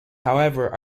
however